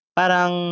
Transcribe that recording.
parang